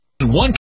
One